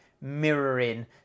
mirroring